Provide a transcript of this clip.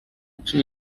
cumi